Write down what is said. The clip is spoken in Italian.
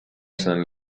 san